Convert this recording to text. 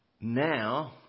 now